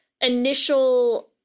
initial